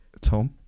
Tom